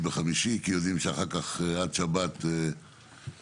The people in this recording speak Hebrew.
בחמישי כי יודעים שאחר כך עד שבת חייבים